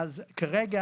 כרגע